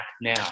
now